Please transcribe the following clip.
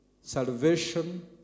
salvation